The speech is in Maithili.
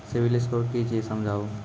सिविल स्कोर कि छियै समझाऊ?